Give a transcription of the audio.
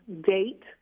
date